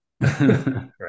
Right